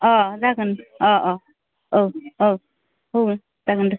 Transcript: अ जागोन अ अ अ अ जागोन दे